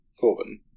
Corbin